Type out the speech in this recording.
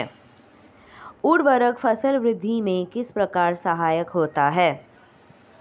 उर्वरक फसल वृद्धि में किस प्रकार सहायक होते हैं?